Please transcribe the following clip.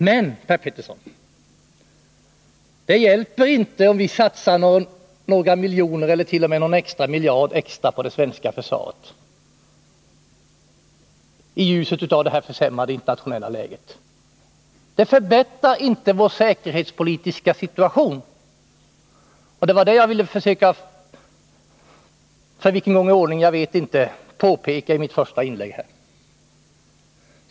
Men, Per Petersson, det hjälper inte om vi satsar ytterligare några miljoner eller t.o.m. någon extra miljard på det svenska försvaret i ljuset av det försämrade internationella läget. Det förbättrar inte vår säkerhetspolitiska situation. Det var det som jag ville försöka att — för vilken gång i ordningen vet jag inte — påpeka i mitt första inlägg.